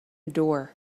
door